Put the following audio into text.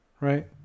right